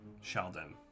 Sheldon